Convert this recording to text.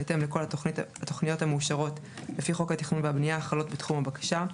בהתאם לכל התוכניות המאושרות לפי חוק התכנון והבנייה החלות בתחום הבקשה,